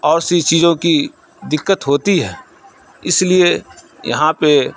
اور سی چیزوں کی دِقّت ہوتی ہے اس لیے یہاں پہ